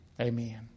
Amen